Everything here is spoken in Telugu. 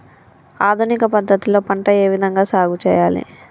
ఆధునిక పద్ధతి లో పంట ఏ విధంగా సాగు చేయాలి?